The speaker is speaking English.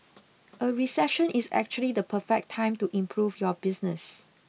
a recession is actually the perfect time to improve your business